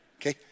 okay